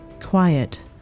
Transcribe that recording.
quiet